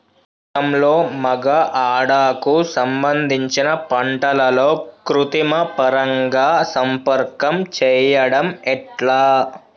పొలంలో మగ ఆడ కు సంబంధించిన పంటలలో కృత్రిమ పరంగా సంపర్కం చెయ్యడం ఎట్ల?